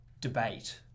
debate